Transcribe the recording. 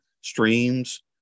streams